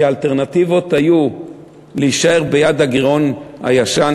כי האלטרנטיבות היו להישאר ביעד הגירעון הישן,